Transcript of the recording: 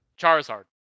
Charizard